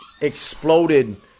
exploded